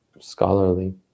scholarly